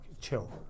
chill